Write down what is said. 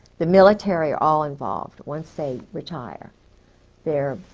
the military are all involved once they retire they're